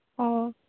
ᱚᱻ